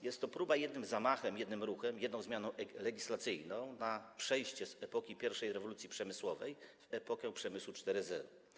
Jest to próba jednym zamachem, jednym ruchem, jedną zmianą legislacyjną przejścia z epoki pierwszej rewolucji przemysłowej w epokę przemysłu 4.0.